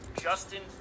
Justin